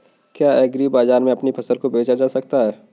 क्या एग्रीबाजार में अपनी फसल को बेचा जा सकता है?